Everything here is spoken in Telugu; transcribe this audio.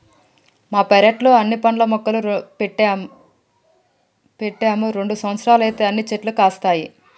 మా పెరట్లో అన్ని పండ్ల మొక్కలు పెట్టాము రెండు సంవత్సరాలైతే అన్ని చెట్లు కాస్తాయి